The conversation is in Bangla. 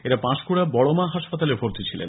এরা পাঁশকুড়া বড়মা হাসপাতালে ভর্তি ছিলেন